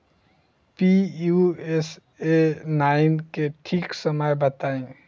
Pusa nine के ठीक समय बताई जाई?